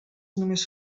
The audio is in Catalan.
només